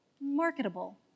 marketable